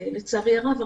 ולצערי הרב,